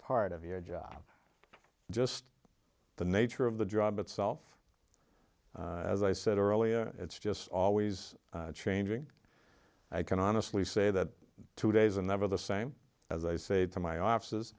part of your job just the nature of the job itself as i said earlier it's just always changing i can honestly say that two days and never the same as i say to my offices